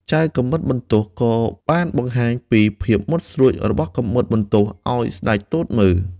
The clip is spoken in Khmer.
ចៅកាំបិតបន្ទោះក៏បានបង្ហាញពីភាពមុតស្រួចរបស់កាំបិតបន្ទោះឱ្យស្ដេចទតមើល។